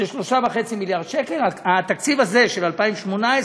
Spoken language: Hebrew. של 3.5 מיליארד שקל, התקציב הזה, של 2018,